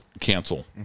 cancel